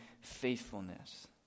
faithfulness